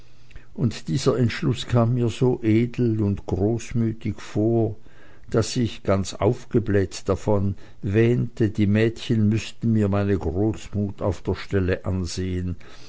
und dieser entschluß kam mir so edel und großmütig vor daß ich ganz aufgebläht davon wähnte die mädchen müßten mir meine großmut auf der stelle ansehen